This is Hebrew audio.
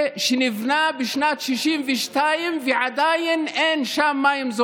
הוא מדבר על אויבים שהוא נלחם בהם,